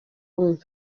wumva